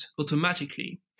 automatically